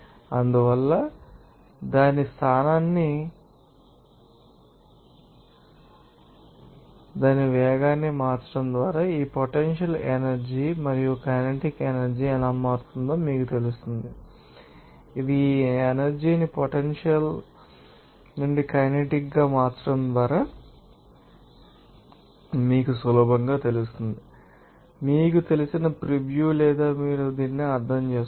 అందువల్ల దాని స్థానాన్ని దాని వేగాన్ని మార్చడం ద్వారా ఈ పొటెన్షియల్ ఎనర్జీ మరియు కైనెటిక్ ఎనర్జీ ఎలా మారుతుందో మీకు తెలుసు మరియు ఇది ఈ ఎనర్జీ ని పొటెన్షియల్ త నుండి కైనెటిక్ గా మార్చడం ద్వారా మీకు సులభంగా మీకు తెలుసు ఇది మీకు తెలిసిన ప్రీవ్యూ లేదా మీరు దీన్ని అర్థం చేసుకోవచ్చు